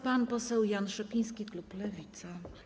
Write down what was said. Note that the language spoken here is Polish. Pan poseł Jan Szopiński, klub Lewica.